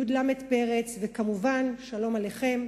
י"ל פרץ וכמובן שלום עליכם,